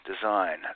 design